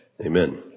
Amen